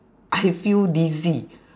I feel dizzy